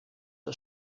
ist